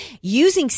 using